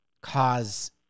cause